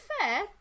fair